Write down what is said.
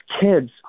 kids